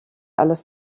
alles